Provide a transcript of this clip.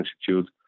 Institute